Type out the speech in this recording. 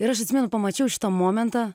ir aš atsimenu pamačiau šitą momentą